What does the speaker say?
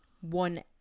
One